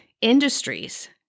industries